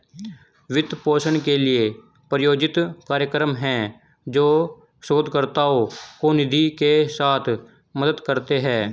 वित्त पोषण के लिए, प्रायोजित कार्यक्रम हैं, जो शोधकर्ताओं को निधि के साथ मदद करते हैं